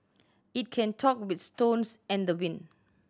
it can talk with stones and the wind